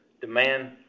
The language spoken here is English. demand